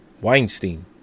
Weinstein